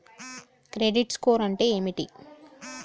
Credit score అంటే ఏమిటి?